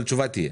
אבל תשובה תהיה.